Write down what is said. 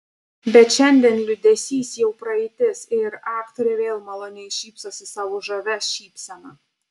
bet šiandien liūdesys jau praeitis ir aktorė vėl maloniai šypsosi savo žavia šypsena